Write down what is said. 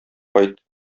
кайт